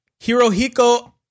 Hirohiko